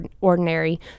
ordinary